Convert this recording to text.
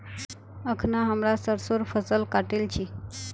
अखना हमरा सरसोंर फसल काटील छि